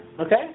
Okay